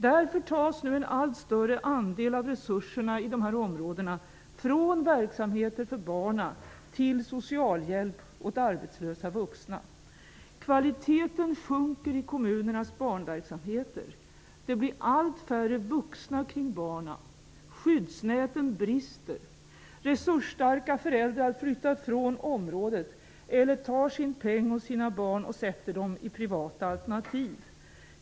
Därför tas nu allt större andel av resurserna i dessa områden från verksamheter för barnen till socialhjälp åt arbetslösa vuxna. Kvaliteten sjunker i kommunernas barnverksamheter. Det blir allt färre vuxna kring barnen. Skyddsnäten brister. Resursstarka föräldrar flyttar från området eller tar sin peng och sina barn och sätter dem i privata alternativ.